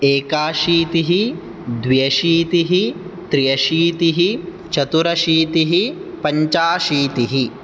एकाशीतिः द्व्यशीतिः त्र्यशीतिः चतुरशीतिः पञ्चाशीतिः